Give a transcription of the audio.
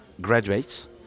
graduates